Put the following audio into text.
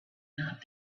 not